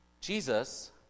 Jesus